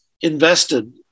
invested